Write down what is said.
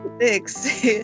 six